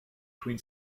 between